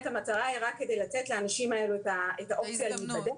המטרה היא רק כדי לתת לאנשים האלה את האופציה להיבדק.